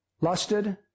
lusted